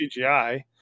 CGI